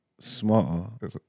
smarter